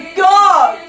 god